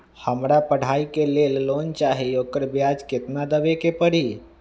हमरा पढ़ाई के लेल लोन चाहि, ओकर ब्याज केतना दबे के परी?